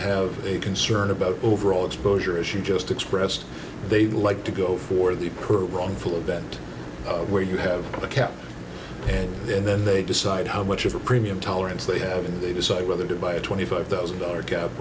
have a concern about overall exposure as you just expressed they like to go for the current wrongful event where you have a cap and then they decide how much of a premium tolerance they have and they decide whether to buy a twenty five thousand dollars cap